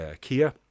Kia